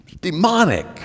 demonic